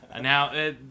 Now